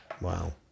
Wow